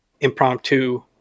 impromptu